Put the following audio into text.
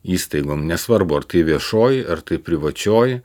įstaigom nesvarbu ar tai viešoji ar tai privačioji